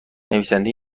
نویسنده